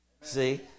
See